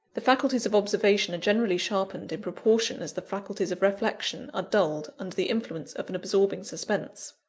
the faculties of observation are generally sharpened, in proportion as the faculties of reflection are dulled, under the influence of an absorbing suspense.